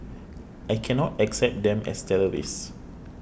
I cannot accept them as terrorists